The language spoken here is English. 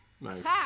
Nice